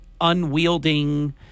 unwielding